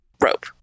rope